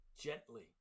gently